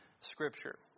Scripture